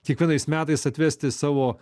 kiekvienais metais atvesti savo